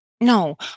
No